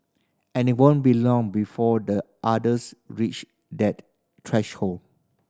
and it won't be too long before the otters reach that threshold